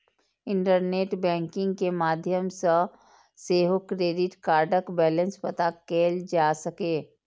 internet banking के माध्यम सं सेहो क्रेडिट कार्डक बैलेंस पता कैल जा सकैए